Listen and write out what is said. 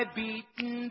beaten